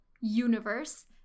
universe